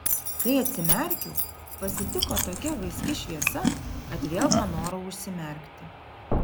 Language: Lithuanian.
kai atsimerkiau pasitiko tokia vaiski šviesa kad vėl panorau užsimerkti